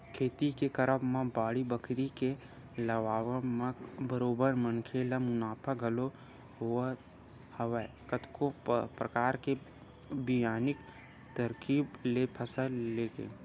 खेती के करब म बाड़ी बखरी के लगावब म बरोबर मनखे ल मुनाफा घलोक होवत हवय कतको परकार के बिग्यानिक तरकीब ले फसल लेके